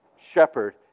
shepherd